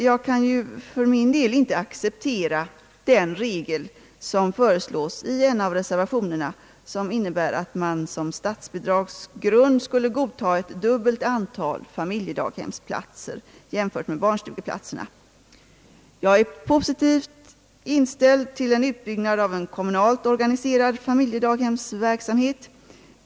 Jag kan emellertid inte acceptera den regel, som föreslås i en av reservationerna och som innebär att man som statsbidragsgrund skulle godkänna ett dubbelt antal familjedaghemsplatser jämfört med barnstugeplatserna. Jag är positivt inställd till en utbyggnad av en kommunalt organiserad familjedaghemsverksamhet.